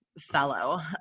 fellow